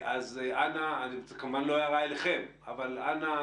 זאת כמובן לא הערה אליכם אבל אנא,